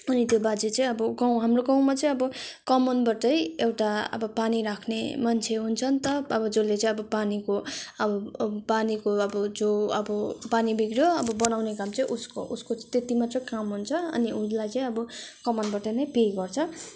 अनि त्यो बाजे चाहिँ अब गाउँ हाम्रो गाउँमा चाहिँ अब कमानबाटै एउटा अब पानी राख्ने मन्छे हुन्छ नि त अब जसले चाहिँ अब अब पानीको अब जो अब पानी बिग्रियो अब बनाउने काम चाहिँ उसको उसको चाहिँ त्यति मात्रै काम हुन्छ अनि ऊलाई चाहिँ अब कमानबाट नै पे गर्छ